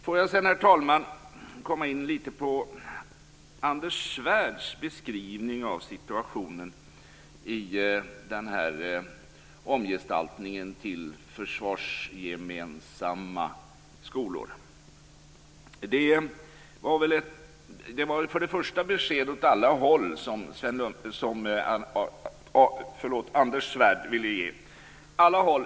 Låt mig sedan komma in på Anders Svärds beskrivning av situationen i omgestaltningen till försvarsgemensamma skolor. Först och främst ville Anders Svärd ge besked åt alla håll utom till Karlskrona.